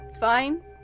Fine